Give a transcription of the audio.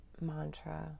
mantra